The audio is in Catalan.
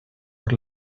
per